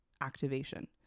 activation